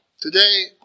Today